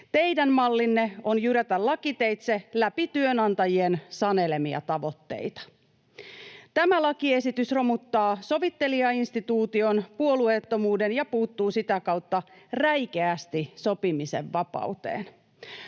Teidän mallinne on jyrätä lakiteitse läpi työnantajien sanelemia tavoitteita. Tämä lakiesitys romuttaa sovittelijainstituution puolueettomuuden ja puuttuu sitä kautta räikeästi sopimisen vapauteen.